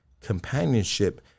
companionship